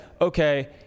okay